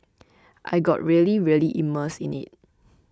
I got really really immersed in it